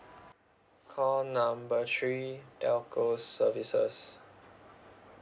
call number three telco services